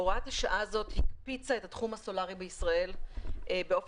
הוראת השעה הזאת הקפיצה את התחום הסולארי בישראל באופן